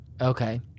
Okay